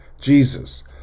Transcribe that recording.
Jesus